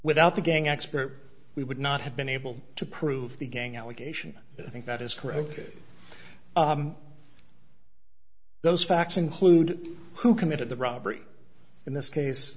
without the gang expert we would not have been able to prove the gang allegation i think that is corrected those facts include who committed the robbery in this case